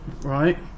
Right